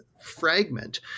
fragment